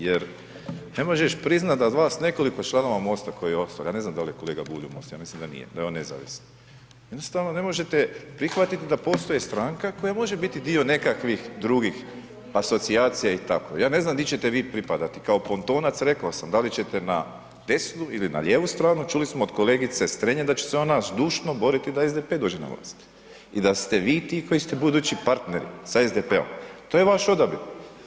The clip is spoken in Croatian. Jer ne možeš priznat da vas nekoliko članova MOST-a koji je ostao, ja ne znam dal je kolega Bulj u MOST-u, ja mislim da nije, da je on nezavisan, jednostavno ne možete prihvatiti da postoji stranka koja može biti dio nekakvih drugih asocijacija i tako, ja ne znam di ćete vi pripadati kao pontonac, rekao sam da li ćete na desnu ili lijevu stranu, čuli smo od kolegice Strenja da će se ona zdušno boriti da SDP dođe na vlast i da ste vi ti koji ste budući partneri sa SDP-om, to je vaš odabir.